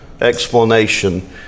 explanation